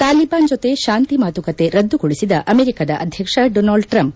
ತಾಲಿಬಾನ್ ಜೊತೆ ಶಾಂತಿ ಮಾತುಕತೆ ರದ್ದುಗೊಳಿಸಿದ ಅಮೆರಿಕಾದ ಅಧ್ಯಕ್ಷ ಡೋನಾಲ್ಡ್ ಟ್ರಂಪ್